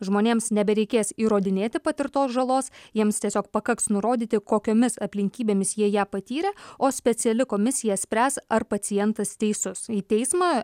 žmonėms nebereikės įrodinėti patirtos žalos jiems tiesiog pakaks nurodyti kokiomis aplinkybėmis jie ją patyrė o speciali komisija spręs ar pacientas teisus į teismą